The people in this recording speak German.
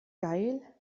geil